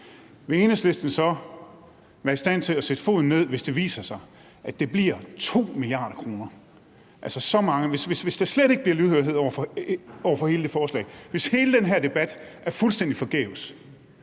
vil Enhedslisten så være i stand til at sætte foden ned, hvis det viser sig, at det bliver 2 mia. kr.? Hvis der slet ikke er lydhørhed over for forslaget, hvis hele den her debat er fuldstændig forgæves,